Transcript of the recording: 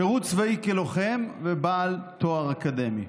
שירות צבאי כלוחם ובעל תואר אקדמי.